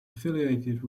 affiliated